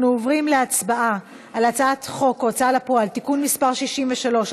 אנחנו עוברים להצבעה על הצעת חוק ההוצאה לפועל (תיקון מס' 63),